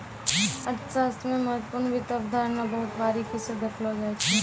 अर्थशास्त्र मे महत्वपूर्ण वित्त अवधारणा बहुत बारीकी स देखलो जाय छै